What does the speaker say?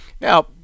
Now